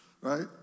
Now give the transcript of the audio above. right